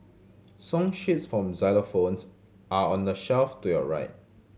song sheets for xylophones are on the shelf to your right